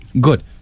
good